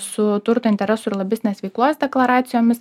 su turto interesų ir lobistinės veiklos deklaracijomis